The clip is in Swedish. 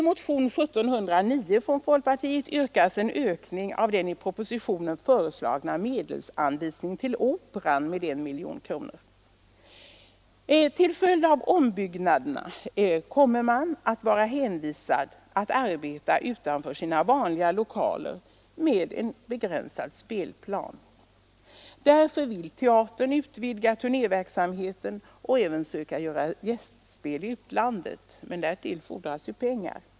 I motionen 1709 från folkpartiet yrkas en ökning av den i propositionen föreslagna medelsanvisningen till Operan med 1 miljon kronor. Till följd av ombyggnaden kommer man att vara hänvisad att arbeta utanför sina vanliga lokaler med en begränsad spelplan. Därför vill teatern utvidga turnéverksamheten och även söka göra gästspel i utlandet. Men därtill fordras pengar.